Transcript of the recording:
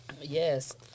Yes